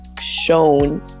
shown